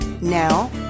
Now